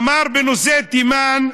אמר בנושא תימן: